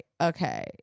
Okay